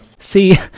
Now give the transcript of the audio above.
See